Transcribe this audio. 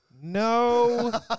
no